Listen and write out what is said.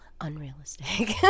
Unrealistic